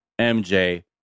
MJ